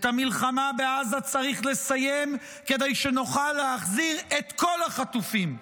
את המלחמה בעזה צריך לסיים כדי שנוכל להחזיר את כל החטופים.